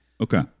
okay